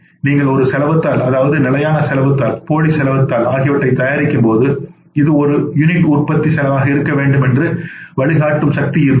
நீங்கள் ஒரு செலவுத் தாள் அதாவது நிலையான செலவுத் தாள் போலி செலவுத் தாள் ஆகியவற்றைத் தயாரிக்கும்போது இது ஒரு யூனிட் உற்பத்தி செலவாக இருக்க வேண்டும் என்று ஒரு வழிகாட்டும் சக்தி உள்ளது